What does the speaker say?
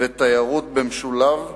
ותיירות במשולב,